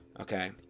Okay